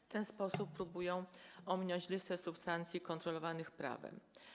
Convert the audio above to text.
W ten sposób próbują ominąć listę substancji kontrolowanych prawem.